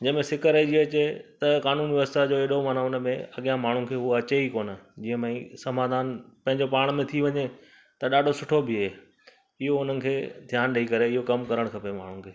जंहिं में सिक रहिजी अचे त कानून व्यवस्था जो हेॾो माना हुन में अॻियां माण्हुनि खे उहो अचे ई कोन जीअं भई समाधान पंहिंजो पाण में थी वञे त ॾाढो सुठो बीहे इहो उन्हनि खे ध्यानु ॾेई करे इहो कमु करणु खपे माण्हुनि खे